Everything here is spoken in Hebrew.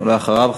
ואחריו,